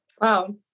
Wow